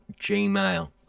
gmail